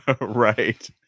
Right